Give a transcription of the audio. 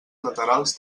laterals